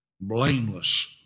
blameless